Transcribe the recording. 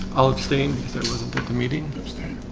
i'll abstain there was a good comedian there stan.